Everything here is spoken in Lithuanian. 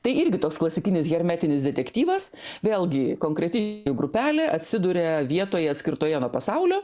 tai irgi toks klasikinis hermetinis detektyvas vėlgi konkreti grupelė atsiduria vietoje atskirtoje nuo pasaulio